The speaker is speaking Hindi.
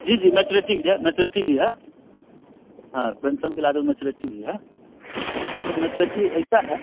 जी जी मैचरिटी भी मैचरिटी भी है हाँ पेंसन के इलादे मैचूरिटी भी है उसमें मैचूरेटी ऐसी है